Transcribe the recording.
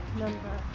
number